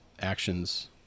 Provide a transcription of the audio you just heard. actions